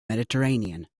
mediterranean